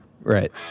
Right